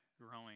growing